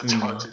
mm